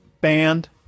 Band